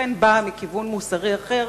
שאכן באה מכיוון מוסרי אחד,